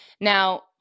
Now